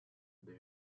they